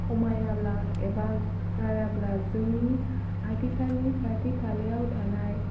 खमायाब्ला एबा गाराब्ला जोंनि आथिखालनि खाथि खालायाव थानाय